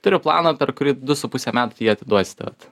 turiu planą per kurį du su puse metų jį atiduosiu tad